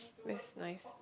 that's nice